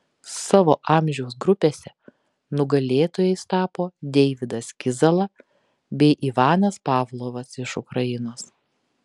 savo amžiaus grupėse nugalėtojais tapo deividas kizala bei ivanas pavlovas iš ukrainos